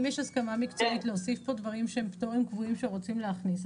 אם יש הסכמה מקצועית להוסיף פה דברים שהם פטורים קבועים שרוצים להכניס,